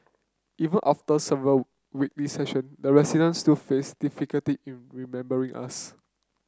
even after several weekly session the residents still faced difficulty in remembering us